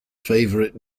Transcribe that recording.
favourite